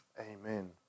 Amen